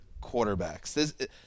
quarterbacks